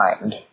mind